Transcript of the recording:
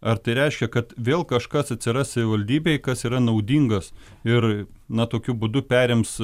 ar tai reiškia kad vėl kažkas atsiras savivaldybėj kas yra naudingas ir na tokiu būdu perims